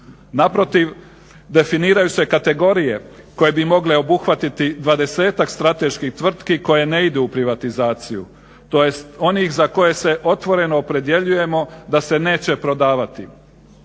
naprotiv definiraju se kategorije koje bi mogle obuhvatiti 20-ak strateških tvrtki koje ne idu u privatizaciju tj. onih za koje se otvoreno opredjeljujemo da se neće prodavati.